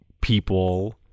people